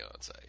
Beyonce